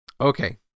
Okay